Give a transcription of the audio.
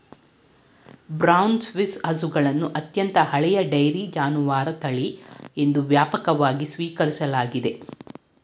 brown Swiss ಹಸುಗಳನ್ನು ಅತ್ಯಂತ ಹಳೆಯ ಡೈರಿ ಜಾನುವಾರು ತಳಿ ಎಂದು ವ್ಯಾಪಕವಾಗಿ ಸ್ವೀಕರಿಸಲಾಗಿದೆ